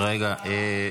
רגע.